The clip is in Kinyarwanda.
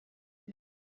ati